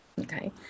okay